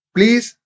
Please